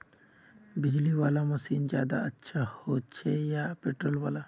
बिजली वाला मशीन ज्यादा अच्छा होचे या पेट्रोल वाला?